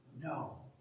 no